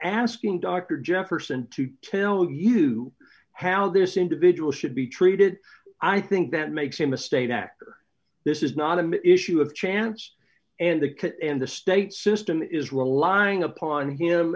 asking dr jefferson to tell you how this individual should be treated i think that makes him a state actor this is not an issue of chance and the kid and the state system is reliant upon him